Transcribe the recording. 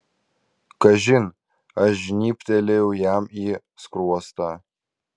kažin aš žnybtelėjau jam į skruostą